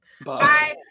Bye